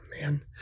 man